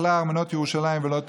"ואכלה ארמנות ירושלם ולא תכבה".